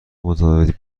متفاوتی